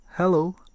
Hello